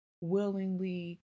willingly